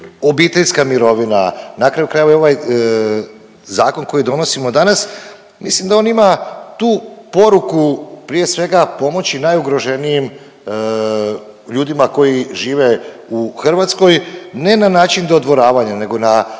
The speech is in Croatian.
obiteljska mirovina, na kraju krajeva i ovaj zakon koji donosimo danas, mislim da on ima tu poruku prije svega pomoći najugroženijim ljudima koji žive u Hrvatskoj, ne na način dodvoravanja nego na